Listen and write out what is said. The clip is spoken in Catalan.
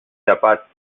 tapat